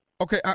Okay